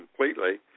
completely